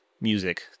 music